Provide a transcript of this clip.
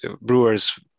brewers